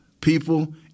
people